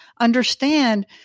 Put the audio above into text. understand